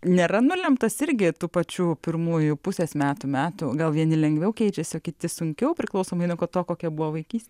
nėra nulemtas irgi tų pačių pirmųjų pusės metų metų gal vieni lengviau keičiasi kiti sunkiau priklausomai nuo to kokia buvo vaikystė